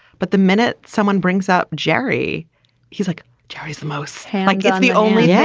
but the minute someone brings up jerry he's like jerry is the most i guess the only name.